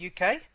UK